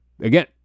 again